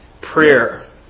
Prayer